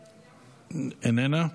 איננה,